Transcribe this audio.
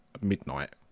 midnight